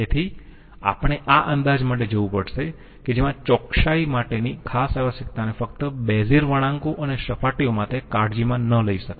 તેથી આપણે આ અંદાજ માટે જવું પડશે કે જેમાં ચોકસાઈ માટેની ખાસ આવશ્યકતાને ફક્ત બેઝિયર વણાંકો અને સપાટીઓ માટે કાળજીમાં ન લઈ શકાય